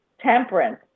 Temperance